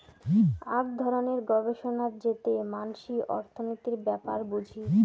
আক ধরণের গবেষণা যেতে মানসি অর্থনীতির ব্যাপার বুঝি